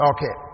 Okay